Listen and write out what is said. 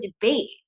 debate